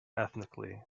ethnically